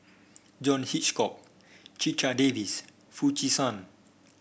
John Hitchcock Checha Davies Foo Chee San